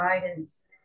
guidance